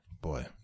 boy